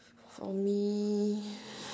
for me